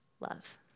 love